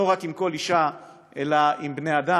לא רק עם כל אישה אלא עם בני-אדם,